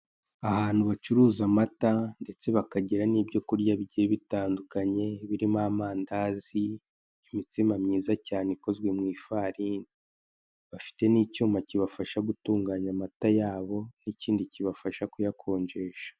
Ahantu bacuruza amata, ndetse bakagira n'ibyo kurya bigiye bitandukanye birimo: amandazi, imitsima myiza cyane ikozwe mu ifarini. Bafite n'icyuma kibafasha gutunganya amata yabo, n'ikindi kibafasha kuyakonjesha.